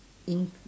in~